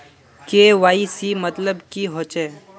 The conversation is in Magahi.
के.वाई.सी मतलब की होचए?